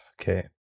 Okay